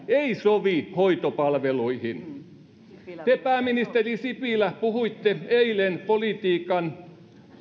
ei sovi hoitopalveluihin te pääministeri sipilä puhuitte eilen politiikan